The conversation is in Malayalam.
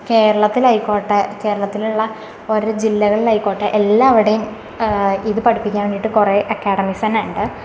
കേരളത്തിലായിക്കോട്ടെ കേരളത്തിലുള്ള ഓരോ ജില്ലകളിലായിക്കോട്ടെ എല്ലാവിടെയും ഇത് പഠിപ്പിക്കാൻ വേണ്ടീട്ട് കുറെ അക്കാഡമിക്സ് തന്നെയുണ്ട്